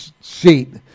seat